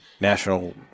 National